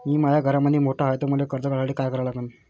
मी माया घरामंदी मोठा हाय त मले कर्ज काढासाठी काय करा लागन?